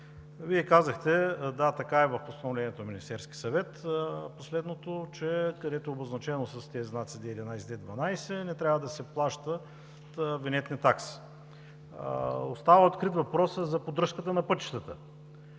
Казахте: да, така е в последното Постановление на Министерския съвет, че където е обозначено с тези знаци – Д11 и Д12, не трябва да се плащат винетни такси. Остава открит въпросът за поддръжката на пътищата